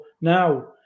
now